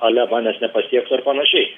ale manęs nepasieks ar panašiai